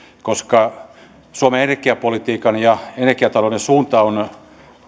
koska suomen energiapolitiikan ja energiatalouden suunta on